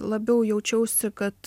labiau jaučiausi kad